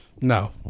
No